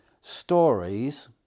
stories